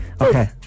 Okay